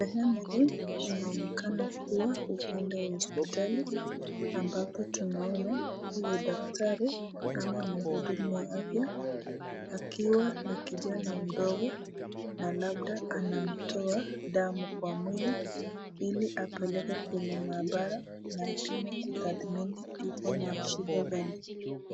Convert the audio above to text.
Sehemu hii inaonekana kuwa upande wa hospitali ambapo tunaona ni daktari ama mhudumu wa afya akiwa na kijana mdogo na labda anamtoa damu kwa mwili ili apeleke kwenye maabara na apime kutadhmini iko na shida gani.